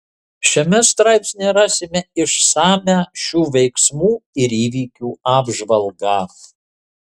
šiame straipsnyje rasime išsamią šių veiksmų ir įvykių apžvalgą